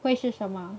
会是什么